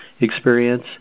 experience